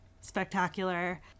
spectacular